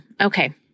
Okay